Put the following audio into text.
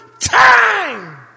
Time